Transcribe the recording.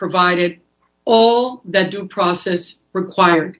provided all that due process require